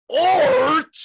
art